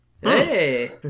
hey